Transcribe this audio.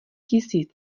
tisíc